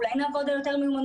אולי נעבוד על יותר מיומנויות.